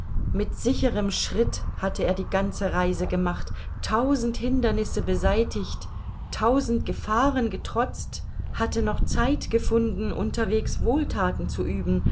mit sicherem schritt hatte er die ganze reise gemacht tausend hindernisse beseitigt tausend gefahren getrotzt hatte noch zeit gefunden unterwegs wohlthaten zu üben